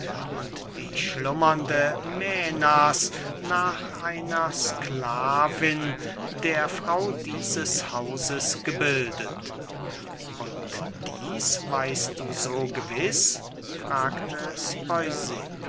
und die schlummernde mänas nach einer sklavin der frau dieses hauses gebildet und dieß weißt du so gewiß fragte